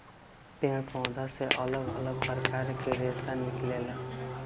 पेड़ पौधा से अलग अलग प्रकार के रेशा निकलेला